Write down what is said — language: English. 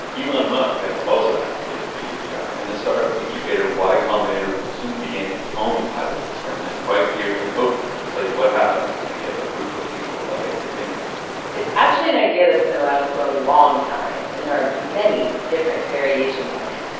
elon musk has also advocated for ubi. and the startup incubator y combinator will soon begin its own pilot experiment right here in oakland to study what happens when they give a group of people a basic income it's actually an idea that's been around for a long time, and there are many different variations on it.